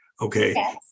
Okay